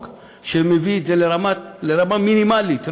שמביא את זה לרמה מינימלית ראשונית.